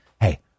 Hey